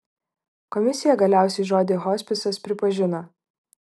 komisija galiausiai žodį hospisas pripažino